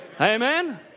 Amen